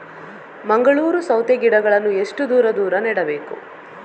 ಮಂಗಳೂರು ಸೌತೆ ಗಿಡಗಳನ್ನು ಎಷ್ಟು ದೂರ ದೂರ ನೆಡಬೇಕು?